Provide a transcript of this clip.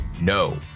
No